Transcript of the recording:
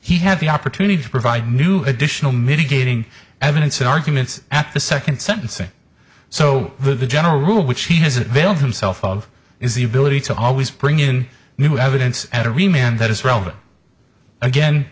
he had the opportunity to provide new additional mitigating evidence and arguments at the second sentencing so the general rule which he hasn't built himself of is the ability to always bring in new evidence and to remain and that is relevant again